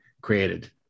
created